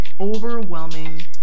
overwhelming